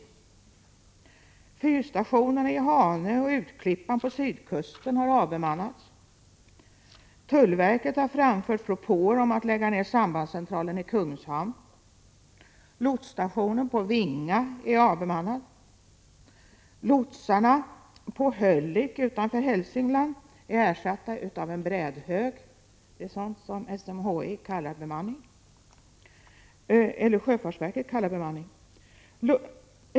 Tullverket har framfört propåer om att lägga ned sambandscentralen i Kungshamn. Lotsarna på Hölick utanför Hälsingland är ersatta av en brädhög. Det är sådant som sjöfartsverket kallar bemanning.